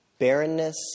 barrenness